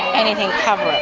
anything cover it.